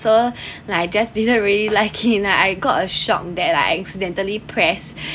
so like I just didn't really like it lah I got a shock that I accidentally pressed